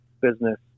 business